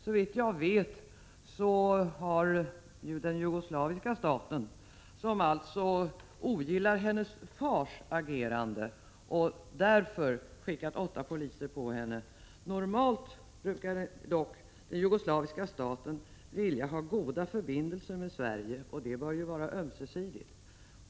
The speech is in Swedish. Såvitt jag vet brukar den jugoslaviska staten — som alltså ogillar faderns agerande och därför har skickat åtta poliser på henne — normalt vilja ha goda förbindelser med Sverige, och det bör ju vara ömsesidigt.